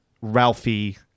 Ralphie